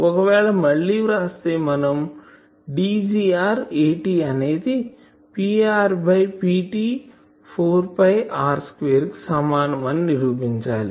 ఒకవేళ మళ్ళి వ్రాస్తే మనంDgr At అనేది Pr by Pt 4 pi R square కు సమానం అని నిరూపించాలి